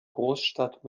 großstadt